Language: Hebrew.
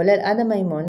כולל עדה מימון,